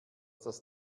das